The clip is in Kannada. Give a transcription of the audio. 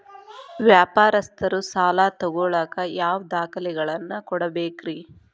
ವ್ಯಾಪಾರಸ್ಥರು ಸಾಲ ತಗೋಳಾಕ್ ಯಾವ ದಾಖಲೆಗಳನ್ನ ಕೊಡಬೇಕ್ರಿ?